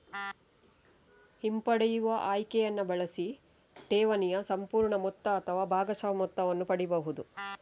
ಹಿಂಪಡೆಯುವ ಆಯ್ಕೆಯನ್ನ ಬಳಸಿ ಠೇವಣಿಯ ಸಂಪೂರ್ಣ ಮೊತ್ತ ಅಥವಾ ಭಾಗಶಃ ಮೊತ್ತವನ್ನ ಪಡೀಬಹುದು